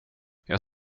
jag